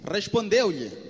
Respondeu-lhe